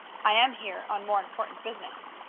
i am here on more important business.